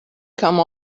come